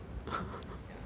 ya